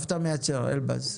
איפה אתה מייצר, אלבז?